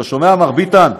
אתה שומע, מר ביטן?